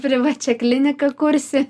privačią kliniką kursi